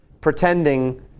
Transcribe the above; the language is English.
pretending